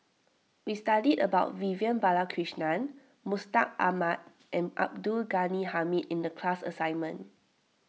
we studied about Vivian Balakrishnan Mustaq Ahmad and Abdul Ghani Hamid in the class assignment